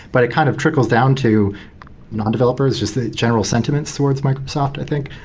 but it kind of trickles down to non-developers, just a general sentiment towards microsoft, i think.